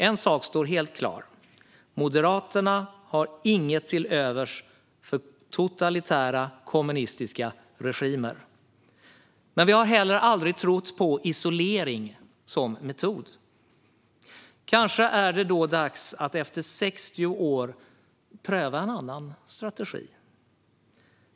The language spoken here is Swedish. En sak står helt klar: Moderaterna har inget till övers för totalitära, kommunistiska regimer. Men vi har heller aldrig trott på isolering som metod. Kanske är det då dags att efter 60 år pröva en annan strategi.